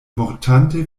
mortante